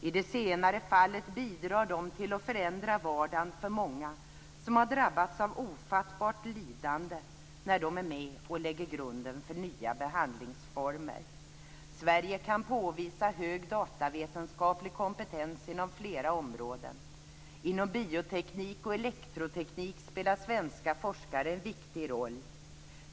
I det senare fallet bidrar de till att förändra vardagen för många som har drabbats av ofattbart lidande när de är med och lägger grunden för nya behandlingsformer. Sverige kan påvisa hög datavetenskaplig kompetens inom flera områden. Inom bioteknik och elektroteknik spelar svenska forskare en viktig roll.